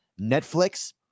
Netflix